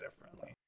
differently